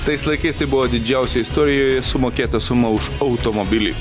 tais laikais tai buvo didžiausia istorijoje sumokėta suma už automobilį